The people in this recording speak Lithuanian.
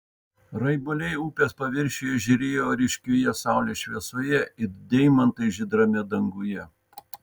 raibuliai upės paviršiuje žėrėjo ryškioje saulės šviesoje it deimantai žydrame danguje